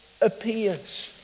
appears